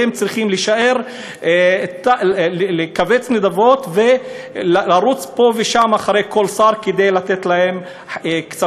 והם צריכים לקבץ נדבות ולרוץ פה ושם אחרי כל שר כדי שייתן להם כספים,